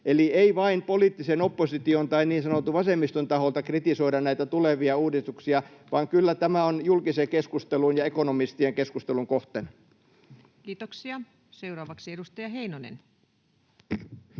Eli ei vain poliittisen opposition tai niin sanotun vasemmiston taholta kritisoida näitä tulevia uudistuksia, vaan kyllä tämä on julkisen keskustelun ja ekonomistien keskustelun kohteena. [Juho Eerolan välihuuto] [Speech